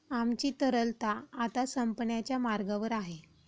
आमची तरलता आता संपण्याच्या मार्गावर आहे